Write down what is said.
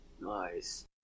Nice